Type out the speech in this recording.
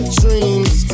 dreams